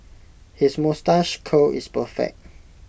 his moustache curl is perfect